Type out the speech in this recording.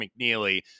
McNeely